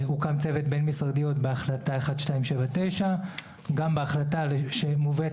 הוקם צוות בין-משרדי עוד בהחלטה 1279. גם בהחלטה שמובאת